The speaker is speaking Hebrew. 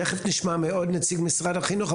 תיכף נשמע מעוד נציג של משרד החינוך,